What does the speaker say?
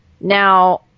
Now